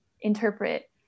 interpret